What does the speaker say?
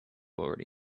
already